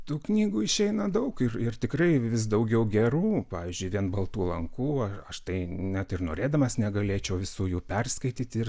tų knygų išeina daug ir ir tikrai vis daugiau gerų pavyzdžiui vien baltų lankų ar aš tai net ir norėdamas negalėčiau visų jų perskaityti ir